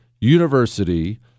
University